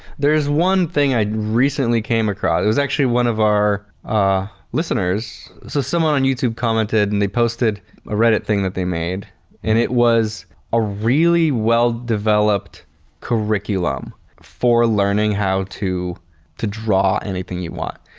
there's one thing i recently came across. it was actually one of our listeners. so, someone on youtube commented and they posted a reddit thing that they made and it was a really well developed curriculum for learning how to to draw anything you want.